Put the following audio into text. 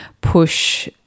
push